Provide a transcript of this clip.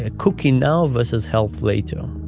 ah cooking now versus health later,